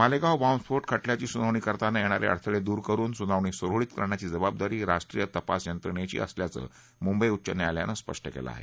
मालेगाव बाँबस्फो ख रियांची सुनावणी करताना येणारे अडथळे दूर करुन सुनावणी सुरळीत करण्याची जबाबदारी राष्ट्रीय तपास यंत्रणेची असल्याचं मुंबई उच्च न्यायालयानं स्पष्ट केलं आहे